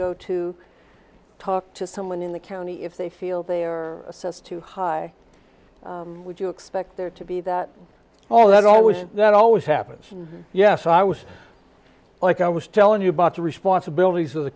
go to talk to someone in the county if they feel they are assessed too high would you expect there to be that all that always that always happens and yes i was like i was telling you about the responsibilities of the